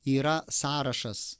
yra sąrašas